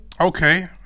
Okay